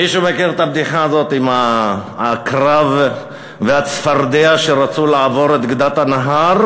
מישהו מכיר את הבדיחה הזאת עם העקרב והצפרדע שרצו לעבור את הנהר,